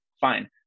fine